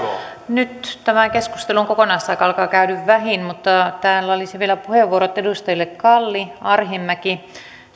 nyt tämän keskustelun kokonaisaika alkaa käydä vähiin mutta täällä olisi vielä puheenvuorot edustajille kalli arhinmäki